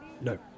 No